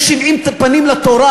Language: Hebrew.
יש 70 פנים לתורה,